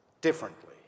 differently